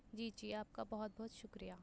جی جی آپ کا بہت بہت شکریہ